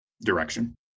direction